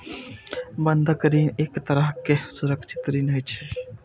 बंधक ऋण एक तरहक सुरक्षित ऋण होइ छै